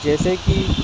جیسے کہ